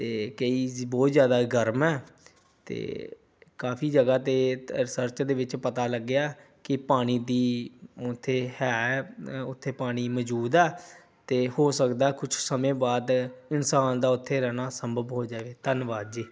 ਅਤੇ ਕਈ ਬਹੁਤ ਜ ਜ਼ਿਆਦਾ ਗਰਮ ਹੈ ਅਤੇ ਕਾਫੀ ਜਗ੍ਹਾ 'ਤੇ ਰਿਸਰਚ ਦੇ ਵਿੱਚ ਪਤਾ ਲੱਗਿਆ ਕਿ ਪਾਣੀ ਦੀ ਉੱਥੇ ਹੈ ਅ ਉੱਥੇ ਪਾਣੀ ਮੌਜੂਦ ਆ ਅਤੇ ਹੋ ਸਕਦਾ ਕੁਛ ਸਮੇਂ ਬਾਅਦ ਇਨਸਾਨ ਦਾ ਉੱਥੇ ਰਹਿਣਾ ਸੰਭਵ ਹੋ ਜਾਵੇ ਧੰਨਵਾਦ ਜੀ